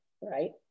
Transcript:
Right